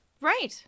Right